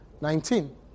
Nineteen